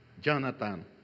Jonathan